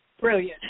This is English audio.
Brilliant